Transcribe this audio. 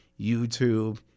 YouTube